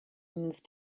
moved